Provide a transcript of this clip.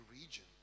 region